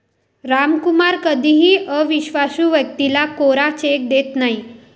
रामकुमार कधीही अविश्वासू व्यक्तीला कोरा चेक देत नाही